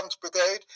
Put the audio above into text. Brigade